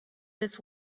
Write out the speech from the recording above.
this